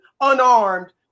unarmed